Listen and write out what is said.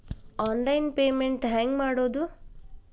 Online payment ಹೆಂಗ್ ಮಾಡೋದು?